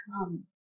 come